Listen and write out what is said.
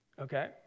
Okay